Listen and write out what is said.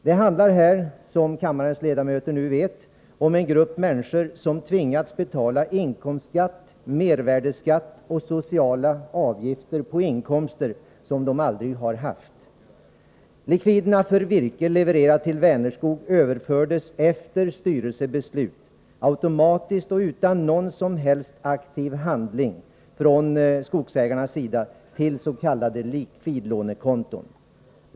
Det handlar här, som kammarens ledamöter nu vet, om en grupp människor som tvingats betala inkomstskatt, mervärdeskatt och sociala avgifter på inkomster som de aldrig har haft. Likviderna för virke levererat till Vänerskog överfördes efter styrelsebeslut — automatiskt och utan någon som helst aktiv handling från skogsägarnas sida — till s.k. likvidlånekonton.